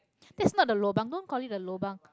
that's not a lobang don't call it a lobang